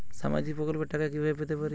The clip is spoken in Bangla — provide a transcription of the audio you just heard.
সামাজিক প্রকল্পের টাকা কিভাবে পেতে পারি?